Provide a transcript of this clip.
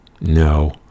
no